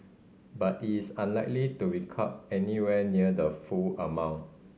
but it is unlikely to anywhere near the full amount